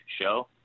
show